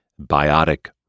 Biotic